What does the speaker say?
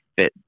fit